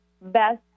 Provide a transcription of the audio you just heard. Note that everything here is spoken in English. best